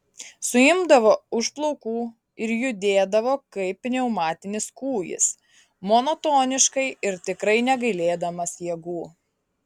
suimdavo už plaukų ir judėdavo kaip pneumatinis kūjis monotoniškai ir tikrai negailėdamas jėgų